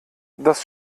dass